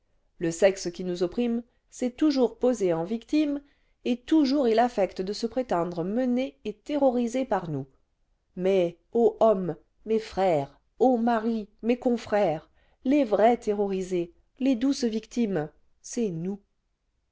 le sexe qui nous opprime s'est toujours posé en victime et toujours il affecte de se prétendre mené et terrorisé par nous mais ô hommes mes frères ô maris mes confrères les vrais terrorisés les douces victimes c'est nous